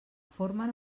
formen